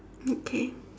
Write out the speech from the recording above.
okay